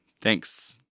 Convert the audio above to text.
Thanks